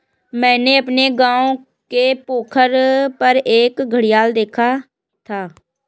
मैंने अपने गांव के पोखर पर एक घड़ियाल देखा था